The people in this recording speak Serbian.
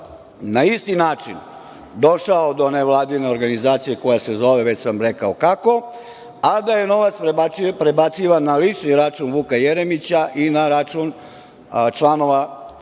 na isti način došao do nevladine organizacije, koja se zove već sam rekao kako, a da je novac prebacivan na lični račun Vuka Jeremića i na račun članova